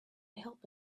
help